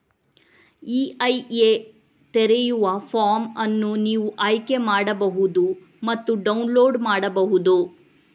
EIA ತೆರೆಯುವ form ಅನ್ನು ನೀವು ಆಯ್ಕೆ ಮಾಡಬಹುದು ಮತ್ತು ಡೌನ್ಲೋಡ್ ಮಾಡಬಹುದು